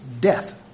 death